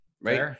Right